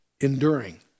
enduring